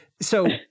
So-